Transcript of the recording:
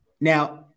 Now